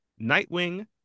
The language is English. nightwing